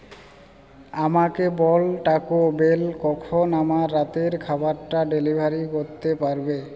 আমাকে বল Taco Bell কখন আমার রাতের খাবারটা ডেলিভারি করতে পারবে